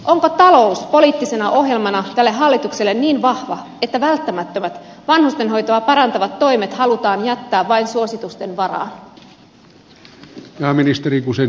onko talous poliittisena ohjelmana tälle hallitukselle niin vahva että välttämättömät vanhustenhoitoa parantavat toimet halutaan jättää vain suositusten varaan